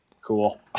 cool